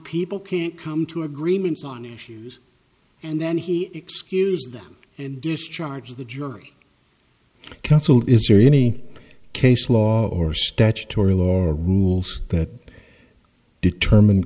people can come to agreements on issues and then he excuse them and discharge the jury counsel is there any case law or statutory law rules that determine